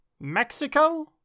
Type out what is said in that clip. Mexico